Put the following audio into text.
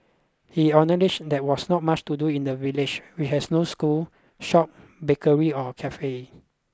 he acknowledged there was not much to do in the village which has no school shop bakery or cafe